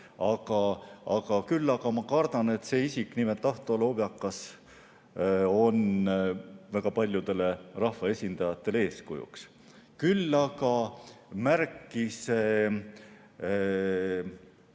vaja. Aga ma kardan, et see isik, nimelt Ahto Lobjakas, on väga paljudele rahvaesindajatele eeskujuks. Küll aga märkis